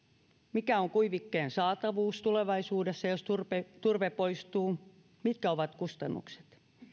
mikä on kuivikkeen saatavuus tulevaisuudessa jos turve poistuu mitkä ovat kustannukset